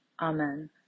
amen